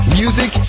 music